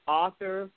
author